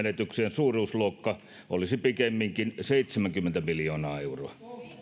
suuruusluokka olisi pikemminkin seitsemänkymmentä miljoonaa euroa